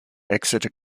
exeter